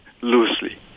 loosely